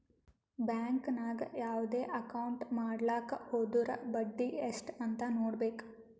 bank ನಾಗ್ ಯಾವ್ದೇ account ಮಾಡ್ಲಾಕ ಹೊದುರ್ ಬಡ್ಡಿ ಎಸ್ಟ್ ಅಂತ್ ನೊಡ್ಬೇಕ